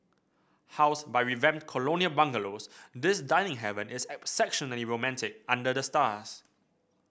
housed by revamped colonial bungalows this dining haven is exceptionally romantic under the stars